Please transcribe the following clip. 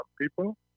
people